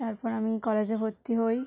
তারপর আমি কলেজে ভর্তি হই